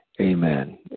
Amen